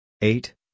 eight